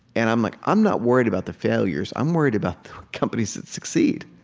and i'm like i'm not worried about the failures i'm worried about the companies that succeed.